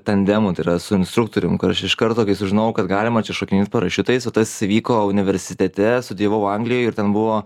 tandemo tai yra su instruktorium kur aš iš karto kai sužinojau kad galima čia šokinėt parašiutais o tas vyko universitete studijavau anglijoj ir ten buvo